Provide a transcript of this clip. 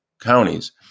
counties